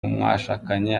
mwashakanye